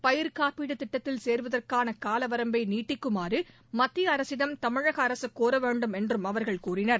பயிர்க்காப்பீடு திட்டத்தில் சேர்வதற்கான கால வரம்பை நீட்டிக்குமாறு மத்திய அரசிடம் தமிழக அரசு கோரவேண்டும் என்றும் அவர்கள் கூறினர்